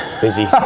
Busy